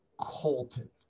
Colton